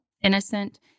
innocent